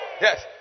Yes